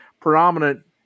predominant